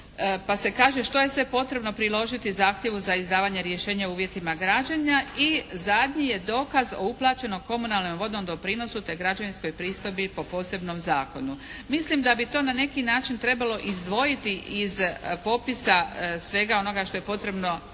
Pa se kaže što je sve potrebno priložiti zahtjevu za izdavanje rješenja o uvjetima građenja. I zadnji je dokaz o uplaćenom komunalnom i vodnom doprinosu te građevinskoj pristojbi po posebnom zakonu. Mislim da bi to na neki način trebalo izdvojiti iz popisa svega onoga što je potrebno